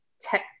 tech